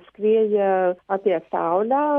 skrieja apie saulę